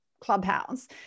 clubhouse